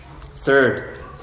Third